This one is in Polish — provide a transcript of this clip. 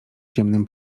ciemnym